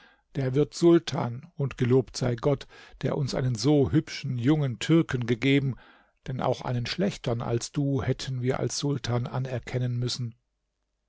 der wird sultan und gelobt sei gott der uns einen so hübschen jungen türken gegeben denn auch einen schlechtern als du hätten wir als sultan anerkennen müssen